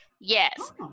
yes